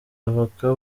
avoka